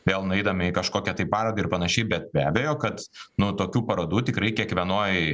vėl nueidami į kažkokią tai parodą ir panašiai bet be abejo kad nu tokių parodų tikrai kiekvienoj